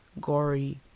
gory